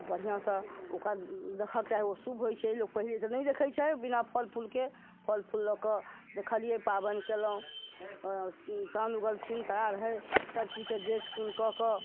खूब बढ़िऑं से ओकर देखऽ के चाही ओ शुभ होइ छै लोग पहले तऽ नहि देखै छै बिना फल फूल के फल फूल लऽ कऽ देखलियै पाबनि केलहुॅं चाँद उगलखिन तारा रहय सब चीज के देख सुन क के